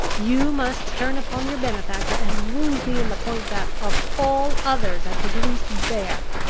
you must turn upon your benefactor, and wound me in the point that of all others i could least bear.